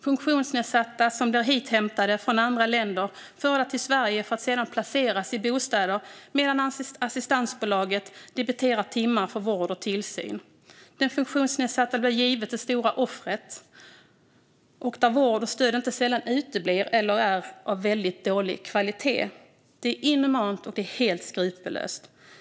Funktionsnedsatta blir hithämtade från andra länder och förda till Sverige för att sedan placeras i bostäder medan assistansbolaget debiterar timmar för vård och tillsyn. Den funktionsnedsatta blir givetvis det stora offret, då vården eller stödet inte sällan uteblir eller är av väldigt dålig kvalitet. Detta är inhumant och helt skrupellöst.